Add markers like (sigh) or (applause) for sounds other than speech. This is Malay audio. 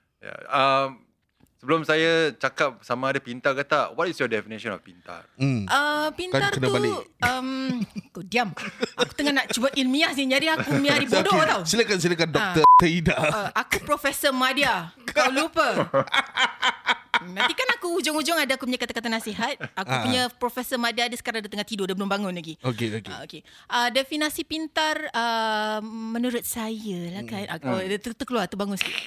Ya, um, sebelum saya cakap sama ada pintar ke tak, what is your definition of pintar? Hmm. Ah, pintar Kan kena tu, balik. um, kau diam. Aku tengah nak cuba ilmiah sini, jadi aku miari (laughs) bodoh Okay, tau. silakan, silakan, Ah. Dr. Teyda. Ah, aku (laughs) Profesor Madia. Kau lupa. (laughs) Nanti kan aku hujung-hujung ada aku punya kata-kata nasihat. Aku Ah. punya Profesor Madia, dia sekarang ada tengah tidur, dia belum bangun lagi. Okay, okay. Ah, okay. Ah, definasi pintar, ah, menurut saya lah Mm. kan. Ah, kau- Mm. dia ter- terkeluar, terbangun sikit.